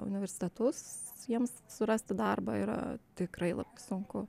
universitetus jiems surasti darbą yra tikrai labai sunku